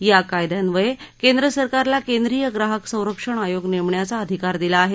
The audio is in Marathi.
या कायद्यान्वये केंद्र सरकारला केंद्रीय ग्राहक संरक्षण आयोग नेमण्याचा अधिकार दिला आहे